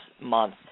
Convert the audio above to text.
month